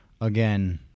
again